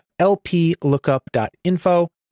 lplookup.info